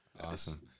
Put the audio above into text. Awesome